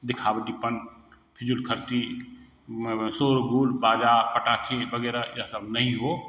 दिखावटीपन फिजूल खर्ची शोर गुल बाजा पटाखे वगैरह यह सब नहीं हो